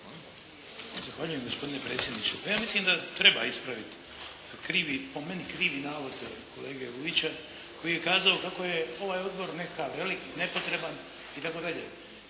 Zahvaljujem gospodine predsjedniče. Pa ja mislim da treba ispravit krivi, po meni krivi navod kolege Vujića koji je kazao kako je ovaj odbor neka velika, nepotreban itd.